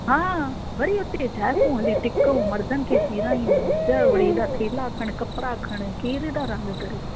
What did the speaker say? हा वरी हुते जाइफूं हली टिकऊं मर्दनि खे सीड़ाइयूं अॼायो वरी हेॾा थेला खणु कपिड़ा खणु केरु एॾा रांदि करे